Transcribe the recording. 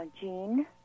Jean